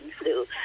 flu